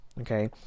okay